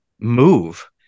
move